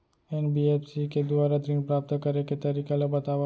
NBFC के दुवारा ऋण प्राप्त करे के तरीका ल बतावव?